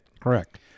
Correct